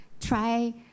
try